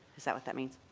is that what that means?